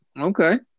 okay